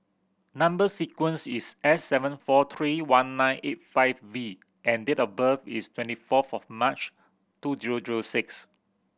number sequence is S seven four three one nine eight five V and date of birth is twenty fourth of March two zero zero six